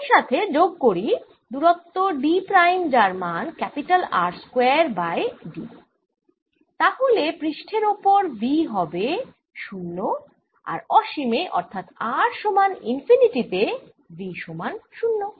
এ সাথে যোগ করি দূরত্ব d প্রাইম যার মান R square by d dR2 d তাহলে পৃষ্ঠের ওপর V হবে 0 আর অসীমে অর্থাৎ r সমান ∞ তে V সমান 0